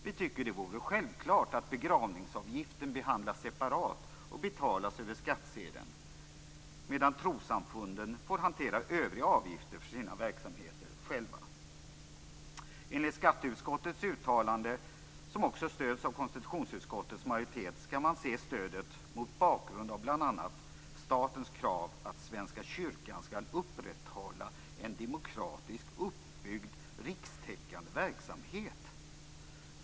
Vi tycker att det är självklart att begravningsavgiften skall behandlas separat och betalas över skattsedeln, medan trossamfunden själva får hantera övriga avgifter för sina verksamheter. Enligt skatteutskottets uttalande, som också stöds av konstitutionsutskottets majoritet, skall man se stödet mot bakgrund av bl.a. statens krav att Svenska kyrkan skall upprätthålla en demokratiskt uppbyggd rikstäckande verksamhet.